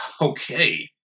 Okay